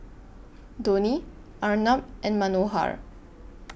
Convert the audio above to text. Dhoni Arnab and Manohar